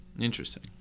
interesting